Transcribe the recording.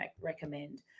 recommend